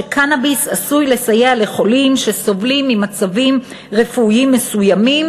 שקנאביס עשוי לסייע לחולים שסובלים ממצבים רפואיים מסוימים,